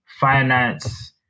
finance